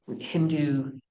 hindu